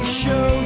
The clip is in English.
show